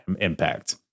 impact